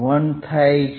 1થાય છે